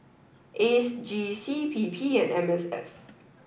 AGC PP and MSF